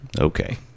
Okay